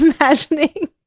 imagining